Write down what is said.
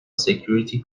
security